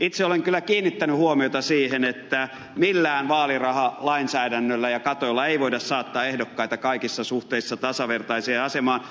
itse olen kyllä kiinnittänyt huomiota siihen että millään vaalirahalainsäädännöllä ja katoilla ei voida saattaa ehdokkaita kaikissa suhteissa tasavertaiseen asemaan